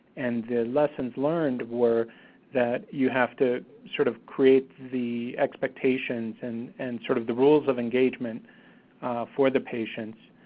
and the lessons learned were that you have to sort of create the expectations and and sort of the rules of engagement for the patients.